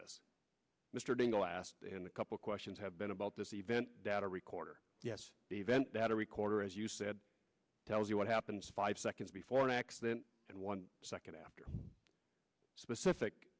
this mr dingell asked and a couple of questions have been about this event data recorder yes the event that a recorder as you said tells you what happens five seconds before an accident and one second after specific